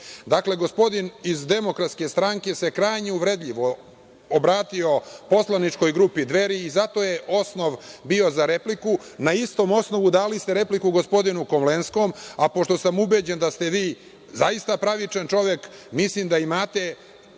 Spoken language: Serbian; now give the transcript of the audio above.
gospodin iz DS se krajne uvredljivo obratio poslaničkoj grupi Dveri i zato je osnov bio za repliku. Po istom osnovu dali ste repliku gospodinu Komlenskom, a pošto sam ubeđen da ste vi zaista pravičan čovek, mislim da imate